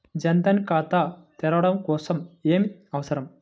జన్ ధన్ ఖాతా తెరవడం కోసం ఏమి అవసరం?